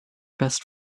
best